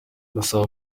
ndasaba